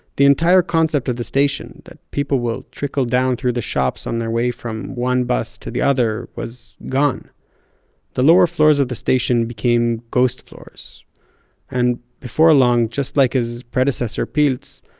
the entire concept of the station that people will trickle down through the shops on their way from one bus to the other was gone the lower floors of the station became ghost floors and before long, just like his predecessor pilz,